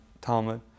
Talmud